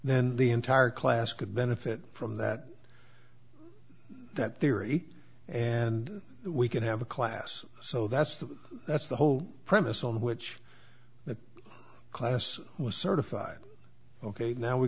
then the entire class could benefit from that that theory and we can have a class so that's the that's the whole premise on which the class was certified ok now we